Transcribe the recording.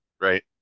right